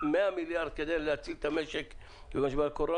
מיליארד כדי להציל את המשק ממשבר הקורונה,